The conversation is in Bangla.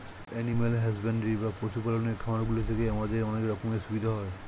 এনিম্যাল হাসব্যান্ডরি বা পশু পালনের খামারগুলি থেকে আমাদের অনেক রকমের সুবিধা হয়